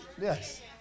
Yes